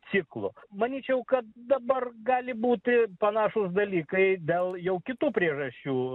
ciklu manyčiau kad dabar gali būti panašūs dalykai dėl jau kitų priežasčių